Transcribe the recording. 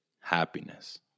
happiness